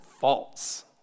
false